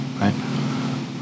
right